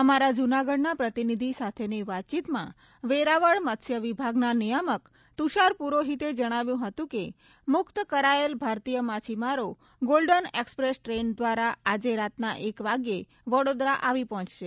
અમારા જૂનાગઢના પ્રતિનિધિ સાથેની વાતચીતમાં વેળાવળ મત્સ્યવિભાગના નિયામક તુષાર પુરોહિતે જણાવ્યું હતું કે મુક્ત કરાયેલ ભારતીય માછીમારો ગોલ્ડન એકસપ્રેસ ટ્રેન દ્વારા આજે રાતના એક વાગ્યે વડોદરા આવી પહોંચશે